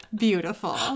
Beautiful